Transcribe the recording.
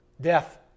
death